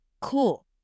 cool